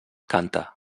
canta